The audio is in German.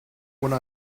ohne